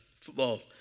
football